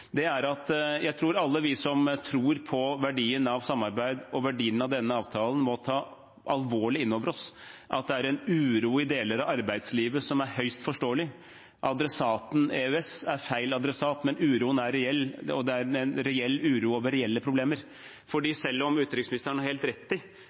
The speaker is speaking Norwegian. viktig tok opp. Jeg tror alle vi som tror på verdien av samarbeid og på verdien av denne avtalen, må ta alvorlig inn over oss at det er en uro i deler av arbeidslivet som er høyst forståelig. EØS er feil adressat, men uroen er reell. Det er en reell uro over reelle problemer. For selv om utenriksministeren har helt rett i